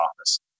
office